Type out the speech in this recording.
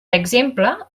exemple